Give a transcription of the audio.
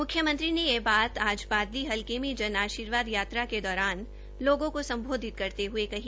मुख्यमंत्री ने यह बात आज बादली हलके में जन आशीर्वाद यात्रा के दौरान लोगों को संबोधित करते हए कही